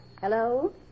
Hello